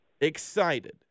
excited